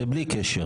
זה בלי קשר.